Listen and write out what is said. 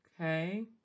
Okay